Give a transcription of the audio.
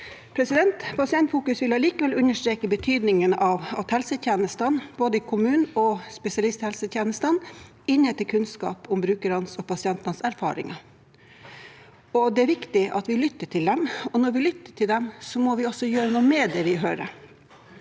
ha. Pasientfokus vil allikevel understreke betydningen av at helsetjenestene både i kommunen og i spesialisthelsetjenesten innhenter kunnskap om brukernes og pasientenes erfaringer. Det er viktig at vi lytter til dem, og når vi lytter til dem, må vi også gjøre noe med det vi hører.